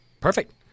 perfect